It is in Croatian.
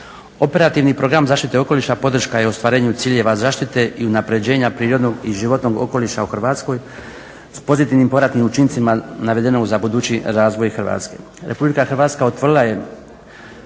Operativni program "Zaštite okoliša" podrška je ostvarenju ciljeva zaštite i unaprjeđenja ciljeva prirodnog i životnog okoliša u Hrvatskoj s pozitivnim poratnim učincima navedeno za budući razvoj Hrvatske.